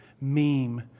meme